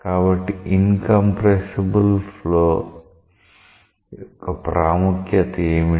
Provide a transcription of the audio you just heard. కాబట్టి incompressible flow యొక్క ప్రాముఖ్యత ఏమిటి